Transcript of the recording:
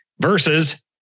Versus